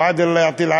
(אומר בערבית: